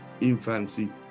infancy